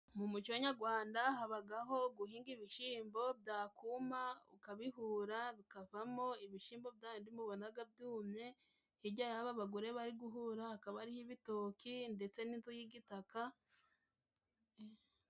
Mu muco nyagwanda habagaho guhinga ibishyimbo, byakuma ukabihura bikavamo ibishyimbo bya bindi mubonaga byumye. Hirya y'aba bagore bari guhura, hakaba ari igitoki ndetse n'inzu y'igitaka.